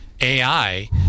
AI